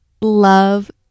love